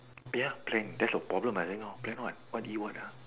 ya plan that's the problem I think lor plan what what to eat lor